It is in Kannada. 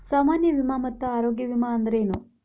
ಸಾಮಾನ್ಯ ವಿಮಾ ಮತ್ತ ಆರೋಗ್ಯ ವಿಮಾ ಅಂದ್ರೇನು?